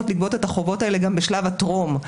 לגבות את החובות האלה גם בשלב הטרום.